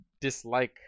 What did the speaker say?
dislike